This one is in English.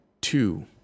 two